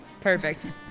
Perfect